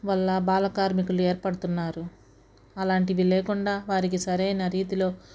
వల్ల బాల కార్మికుల ఏర్పడుతున్నారు అలాంటివి లేకుండా వారికి సరైన రీతిలో